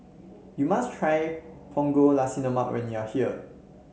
you must try Punggol Nasi Lemak when you are here